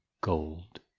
gold